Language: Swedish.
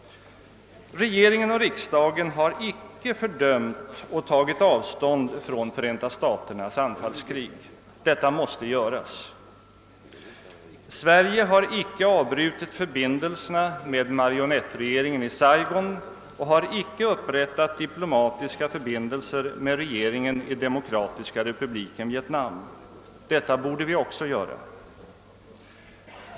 Regeringen och riksdagen har icke fördömt och tagit avstånd från Förenta staternas anfallskrig. Detta måste göras! Sverige har icke avbrutit förbindelserna med marionettregeringen i Saigon och icke upprättat diplomatiska förbindelser med regeringen i Demokratiska Republiken Vietnam. Detta borde vi också göra!